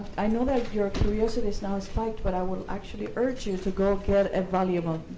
i know that your curiosity is now spiked, but i will actually urge you to go get a volume of,